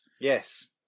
Yes